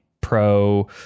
pro